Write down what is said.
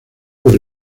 por